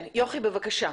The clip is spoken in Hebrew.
בבקשה.